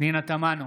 פנינה תמנו,